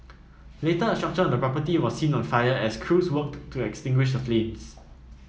later a structure on the property was seen on fire as crews worked to extinguish the flames